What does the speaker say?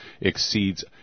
exceeds